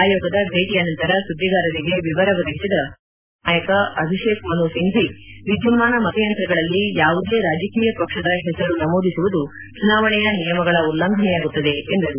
ಆಯೋಗದ ಭೇಟಿಯ ನಂತರ ಸುದ್ದಿಗಾರರಿಗೆ ವಿವರ ಒದಗಿಸಿದ ಕಾಂಗ್ರೆಸ್ ಹಿರಿಯ ನಾಯಕ ಅಭಿಷೇಕ್ ಮನು ಸಿಂಫ್ವಿ ವಿದ್ಯುನ್ಮಾನ ಮತಯಂತ್ರಗಳಲ್ಲಿ ಯಾವುದೇ ರಾಜಕೀಯ ಪಕ್ಷದ ಪೆಸರು ನಮೂದಿಸುವುದು ಚುನಾವಣೆಯ ನಿಯಮಗಳ ಉಲ್ಲಂಘನೆಯಾಗುತ್ತದೆ ಎಂದರು